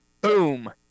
Boom